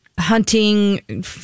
Hunting